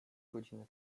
godziny